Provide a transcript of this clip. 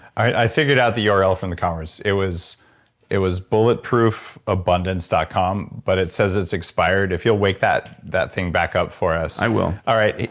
i figured out the url from the conference. it was it was bulletproofabundance dot com, but it says it's expired. if you'll wake that that thing back up for us? i will all right.